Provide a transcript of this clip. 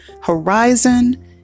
horizon